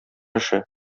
эше